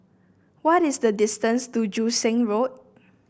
what is the distance to Joo Seng Road